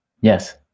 Yes